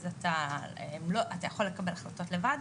אתה יכול לקבל החלטות לבד,